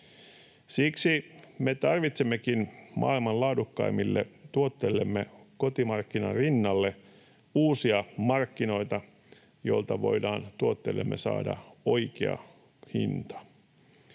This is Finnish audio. Siksi me tarvitsemmekin maailman laadukkaimmille tuotteillemme kotimarkkinan rinnalle uusia markkinoita, joilta voidaan tuotteillemme saada oikea hinta.